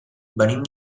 venim